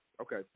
Okay